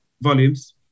volumes